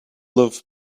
love